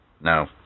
No